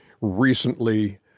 recently